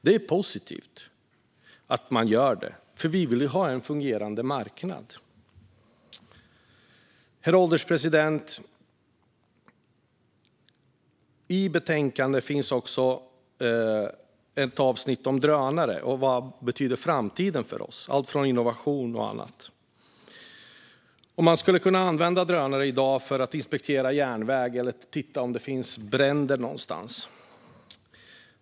Det är positivt att man gör det, för vi vill ju ha en fungerande marknad. Herr ålderspresident! I betänkandet finns också ett avsnitt om drönare och vad framtiden betyder för oss; det handlar om innovation och annat. Man skulle i dag kunna använda drönare för att inspektera järnväg eller titta om det finns bränder någonstans.